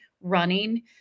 running